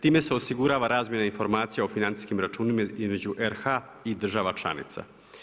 Time se osigurava razmjena informacija o financijskim računima između RH i država članica.